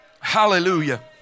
hallelujah